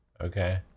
okay